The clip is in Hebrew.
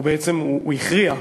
ובעצם הוא הכריע,